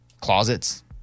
closets